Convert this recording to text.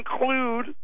include